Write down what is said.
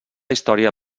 història